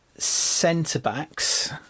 centre-backs